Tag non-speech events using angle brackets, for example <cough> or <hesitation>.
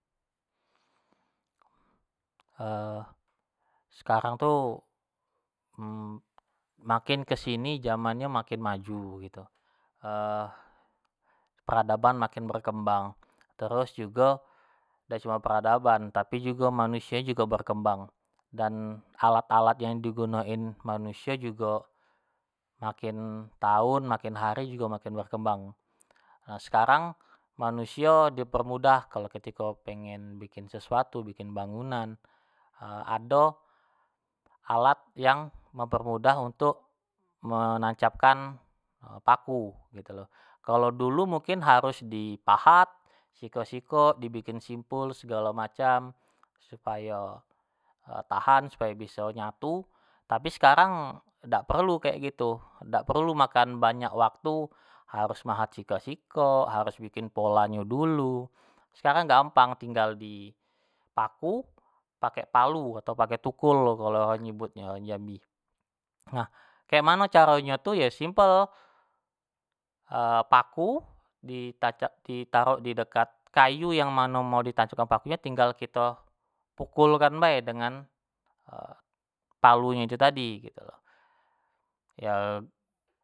<hesitation> sekarang tu <hesitation> makin kesini jaman tu makin maju <hesitation> peradaban makin berkembang, terus jugo dak cuma peradaban, tapi jugo manusio nyo jugo berkembang, dan alat-alat yang digunoin manusio jugo maikin taun makin hari jugo makin berkembang, sekarang manusio dipermudah kalo ketiko pengen bikin sesuatu, bikin bangunan <hesitation> ado alat yang mempermudah untuk menancapkan paku gitu, kalo dulu mungkin harus dipahat sikok-sikok, dibikin simpul segalo macam, supayo tahan, supayo biso nyatu, tapi sekarang dak perlu kek gitu dak perlu makan banyak waktu harus mahat sikok-sikok, harus bikin pola nyo dulu, sekarang gampang tinggal di paku pake palu atau pake tukul kalo orang nyebutnyo di jambi, nah kek mano caro nyo tu simpel, <hesitation> paku di tancap di tarok di dekat kayu yang mano mau di tancap i paku nyo, tinggal kito pukul kan bae dengan <hesitation> palu nyo itu tadi gitu lo <unintelligible>